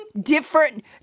Different